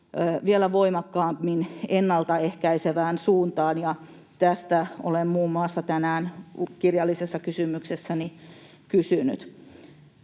vielä voimakkaammin ennaltaehkäisevään suuntaan, ja tästä olen muun muassa tänään kirjallisessa kysymyksessäni kysynyt.